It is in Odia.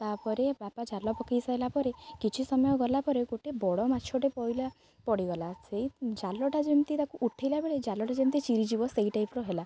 ତା'ପରେ ବାପା ଜାଲ ପକେଇ ସାଇଲା ପରେ କିଛି ସମୟ ଗଲା ପରେରେ ଗୋଟେ ବଡ଼ ମାଛଟେ ପଡ଼ିଲା ପଡ଼ିଗଲା ସେଇ ଜାଲଟା ଯେମିତି ତାକୁ ଉଠେଇଲା ବେଳେ ଜାଲଟା ଯେମିତି ଚିରିଯିବ ସେଇ ଟାଇପ୍ର ହେଲା